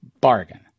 Bargain